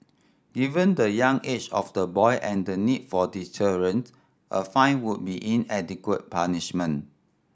given the young age of the boy and the need for deterrence a fine would be inadequate punishment